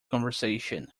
conversation